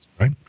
right